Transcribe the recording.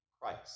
Christ